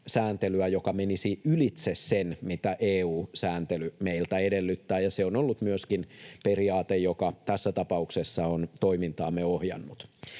joka menisi ylitse sen, mitä EU-sääntely meiltä edellyttää. Se on ollut myöskin periaate, joka tässä tapauksessa on toimintaamme ohjannut.